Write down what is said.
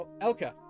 Elka